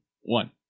one